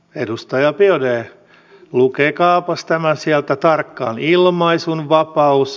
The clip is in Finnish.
edustaja biaudet lukekaapas tämä sieltä tarkkaan